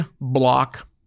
block